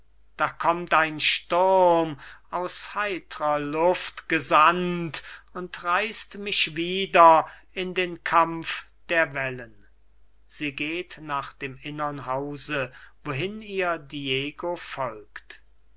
da kommt ein sturm aus heitrer luft gesandt und reißt mich wieder in den kampf der wellen sie geht nach dem innern hause wohin ihr diego folgt